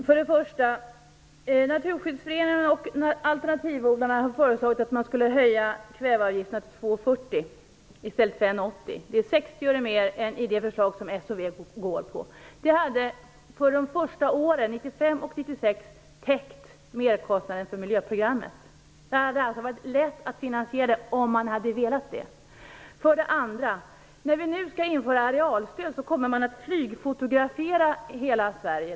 Fru talman! För det första: Naturskyddsföreningen och alternativodlarna har föreslagit en höjning av kväveavgifterna till 2:40 kr i stället för 1:80 kr. Det är Socialdemokraterna och Vänsterpartiet. För de första åren, 1995 och 1996, hade det täckt merkostnaden för miljöprogrammet. Det hade alltså varit lätt att finansiera detta, om man hade velat det. För det andra: När vi nu skall införa arealstöd kommer hela Sverige att flygfotograferas.